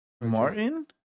Martin